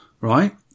right